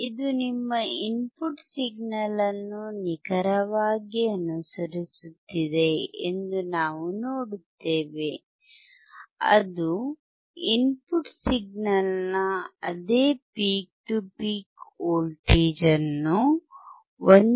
ಇದು ನಿಮ್ಮ input signal ಅನ್ನು ನಿಖರವಾಗಿ ಅನುಸರಿಸುತ್ತದೆ ಎಂದು ನಾವು ನೋಡುತ್ತೇವೆ ಅದು ಇನ್ಪುಟ್ ಸಿಗ್ನಲ್ನ ಅದೇ ಪೀಕ್ ಟು ಪೀಕ್ ವೋಲ್ಟೇಜ್ ಅನ್ನು 1